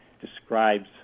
describes